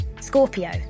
Scorpio